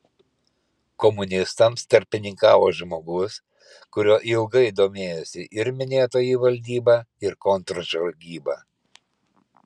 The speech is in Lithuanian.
komunistams tarpininkavo žmogus kuriuo ilgai domėjosi ir minėtoji valdyba ir kontržvalgyba